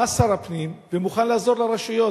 בא שר הפנים ומוכן לעזור לרשויות.